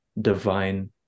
divine